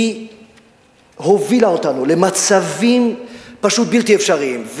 היא הובילה אותנו למצבים פשוט בלתי אפשריים.